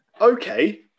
okay